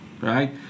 right